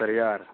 सत्तर ज्हार